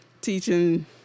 teaching